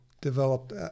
developed